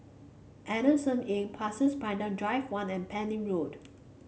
Adamson Inn Pasir's Panjang Drive One and Pending Road